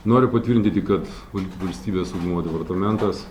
noriu patvirtinti kad valstybės saugumo departamentas